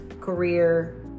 career